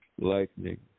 Lightning